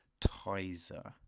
Tizer